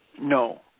No